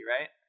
right